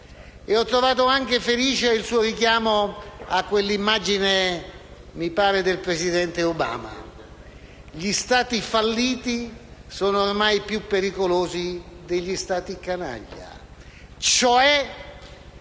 Ho trovato anche felice il suo richiamo a quell'immagine - mi pare del presidente Obama - per cui gli Stati falliti sono ormai più pericolosi degli Stati canaglia, e cioè